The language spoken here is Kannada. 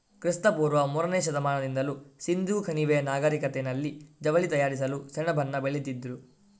ಕ್ರಿಸ್ತ ಪೂರ್ವ ಮೂರನೇ ಶತಮಾನದಿಂದಲೂ ಸಿಂಧೂ ಕಣಿವೆಯ ನಾಗರಿಕತೆನಲ್ಲಿ ಜವಳಿ ತಯಾರಿಸಲು ಸೆಣಬನ್ನ ಬೆಳೀತಿದ್ರು